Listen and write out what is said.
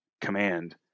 command